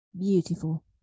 Beautiful